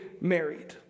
married